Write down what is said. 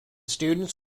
students